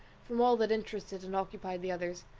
from all that interested and occupied the others.